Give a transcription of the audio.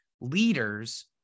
leaders